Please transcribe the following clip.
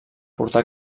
portar